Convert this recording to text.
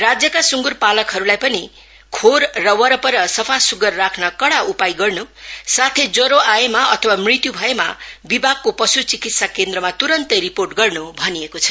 राज्यका सुँगुर पालकहरूलाई पनि खोर र वरपर सफा सुग्घर राख्न कडा उपाय गर्नु साथै ज्वरो आएमा अथवा मृत्य् भएमा विभागको पश् चिकित्सा केन्द्रमा तुरून्तै रिपोर्ट गर्न् भनिएको छ